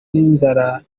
n’inzara